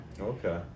Okay